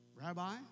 Rabbi